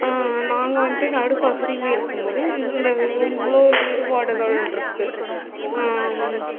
நாங்கள் வந்துட்டு நடுப்பகுதியில இருக்கும்போது இந்த இவ்வளோ வேறுபாடுகள் இருக்கு